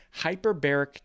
Hyperbaric